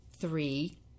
three